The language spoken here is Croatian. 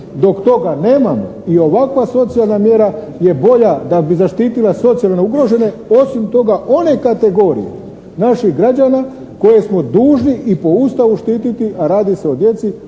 dok toga nemamo i ovakva socijalna mjera je bolja da bi zaštitila socijalno ugrožene osim toga one kategorije naših građana koje smo dužni i po Ustavu štiti, a radi se o djeci,